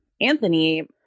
Anthony